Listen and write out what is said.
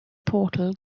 portal